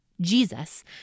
Jesus